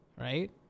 right